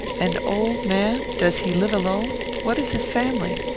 an old man? does he live alone? what is his family?